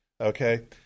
Okay